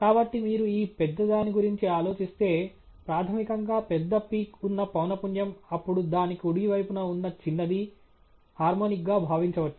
కాబట్టి మీరు ఈ పెద్దదాని గురించి ఆలోచిస్తే ప్రాథమికంగా పెద్ద పీక్ ఉన్న పౌన పున్యం అప్పుడు దాని కుడి వైపున ఉన్న చిన్నది హార్మోనిక్గా భావించవచ్చు